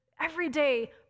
everyday